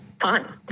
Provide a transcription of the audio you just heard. fun